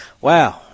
Wow